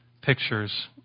pictures